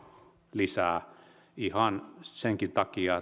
lisää ihan senkin takia